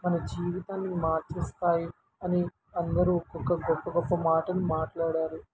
మన జీవితాన్ని మార్చేస్తాయి అని అందరూ ఒక్కొక్క గొప్ప గొప్ప మాటని మాట్లాడారు